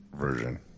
version